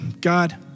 God